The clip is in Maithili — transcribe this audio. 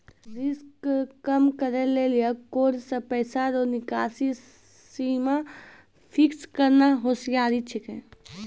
रिस्क कम करै लेली कार्ड से पैसा रो निकासी सीमा फिक्स करना होसियारि छिकै